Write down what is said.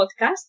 podcast